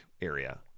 area